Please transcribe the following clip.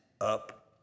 up